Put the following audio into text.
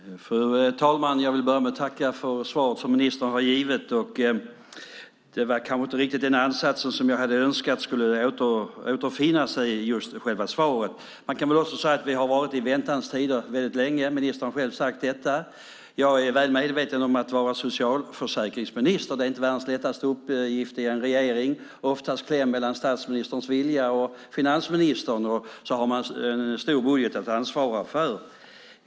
Fru talman! Jag börjar med att tacka för det svar som ministern har givit. Det var kanske inte riktigt den ansats som jag hade önskat skulle återfinnas i själva svaret. Man kan också säga att vi har gått i väntans tider länge; ministern har själv sagt detta. Jag är väl medveten om att det inte är världens lättaste uppgift att vara socialförsäkringsminister i en regering. Oftast är man klämd mellan statsministerns vilja och finansministern, och man har en stor budget att ansvara för.